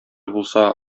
булса